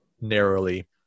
narrowly